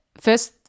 first